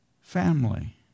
family